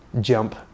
jump